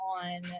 on